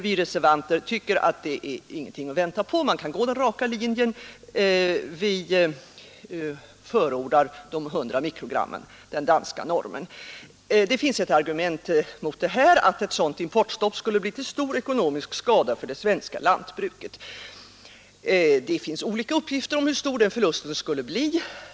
Vi reservanter tycker att det inte finns något att vänta på Man kan gå den raka vägen. Vi förordar sänkning till 100 mikrogram, dvs. den danska normen. Det finns ett argument mot importstopp: det skulle bli till ekonomisk skada för det svenska lantbruket. Det har lämnats olika uppgifter om hur stor den förlusten skulle bli.